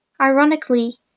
Ironically